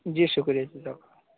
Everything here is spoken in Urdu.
جی شکریہ جزاک اللہ